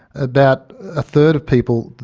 about a third of people,